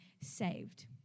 saved